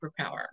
superpower